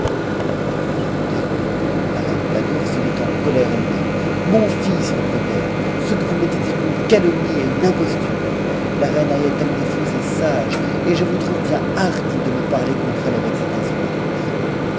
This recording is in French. venait lieu de l'écouter la reine badoure se mit en colère ette même mon put-elle ce que vous me dites est une calomnie et une imposture la reine haïatalnefous est sage et je vous trouve bien hardi de me nar contre elle avec cette insolence